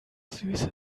süße